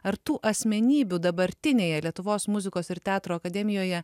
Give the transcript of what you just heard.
ar tų asmenybių dabartinėje lietuvos muzikos ir teatro akademijoje